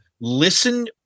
listen